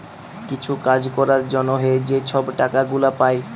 কিছু কাজ ক্যরার জ্যনহে যে ছব টাকা গুলা পায়